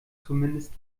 zumindest